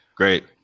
Great